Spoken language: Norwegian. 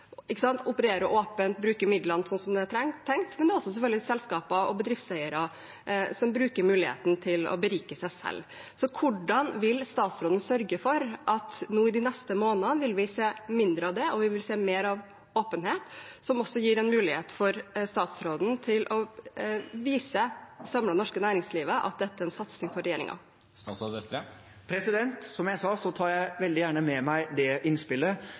åpent og bruker midlene slik det er tenkt, men det er selvfølgelig også selskaper og bedriftseiere som bruker muligheten til å berike seg selv. Så hvordan vil statsråden sørge for at vi nå i de neste månedene vil se mindre av det, og mer av åpenhet, noe som også gir statsråden mulighet til å vise det samlede norske næringslivet at dette er en satsing for regjeringen? Som jeg sa, tar jeg veldig gjerne med meg det innspillet.